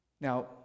Now